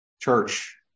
Church